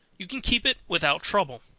you can keep it without trouble.